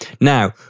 Now